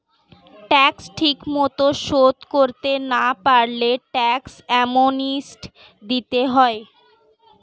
tax ঠিকমতো শোধ করতে না পারলে ট্যাক্স অ্যামনেস্টি দিতে হয়